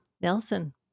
Nelson